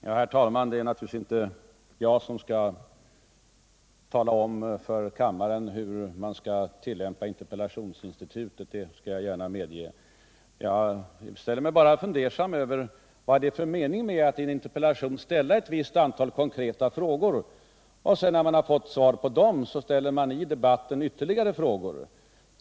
Herr talman! Det är naturligvis inte jag som skall tala om för kammaren hur man skall tillämpa interpellationsinstitutet. Det skall jag gärna medge. Jag ställer mig bara fundersam inför vad det är för mening med att i en interpellation ställa ett antal konkreta frågor för att sedan, när man har fått svar på dem, i debatten ställa ytterligare frågor.